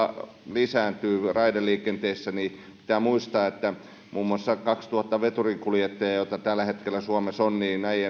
lisääntyy raideliikenteessä pitää muistaa että muun muassa kahdentuhannen veturinkuljettajan joita tällä hetkellä suomessa on